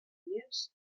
dies